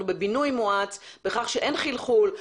בבינוי מואץ ואת העובדה שאין חלחול.